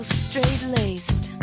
straight-laced